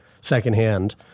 secondhand